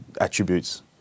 attributes